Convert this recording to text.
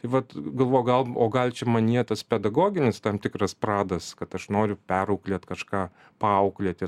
tai vat galvoju gal o gal čia manyje pedagoginis tam tikras pradas kad aš noriu perauklėt kažką paauklėti